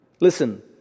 Listen